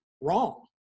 wrong